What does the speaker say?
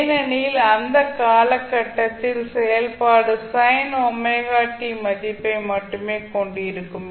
ஏனெனில் அந்த காலகட்டத்தில் செயல்பாடு sin ωt மதிப்பை மட்டுமே கொண்டிருக்கும்